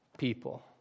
people